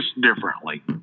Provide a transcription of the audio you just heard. differently